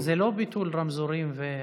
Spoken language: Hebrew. זה לא ביטול רמזורים.